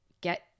get